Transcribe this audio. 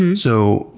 and so,